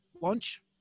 lunch